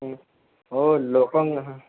ହଉ ଲୋକ